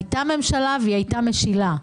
הייתה ממשלה והיא הייתה משילה.